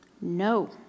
no